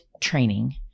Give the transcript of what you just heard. training